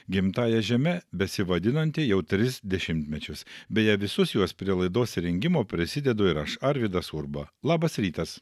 gimtąja žeme besivadinanti jau tris dešimtmečius beje visus juos prie laidos rengimo prisidedu ir aš arvydas urba labas rytas